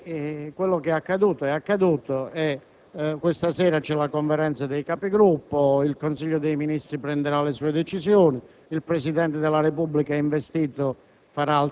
che quel che è accaduto è accaduto; questa sera ci sarà la Conferenza dei Capigruppo; il Consiglio dei ministri prenderà le sue decisioni; il Presidente della Repubblica, investito